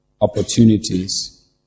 opportunities